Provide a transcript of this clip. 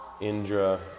Indra